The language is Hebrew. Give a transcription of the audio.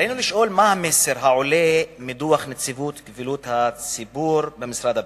עלינו לשאול מה המסר העולה מדוח נציבות קבילות הציבור במשרד הבריאות.